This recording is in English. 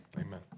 amen